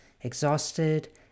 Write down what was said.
exhausted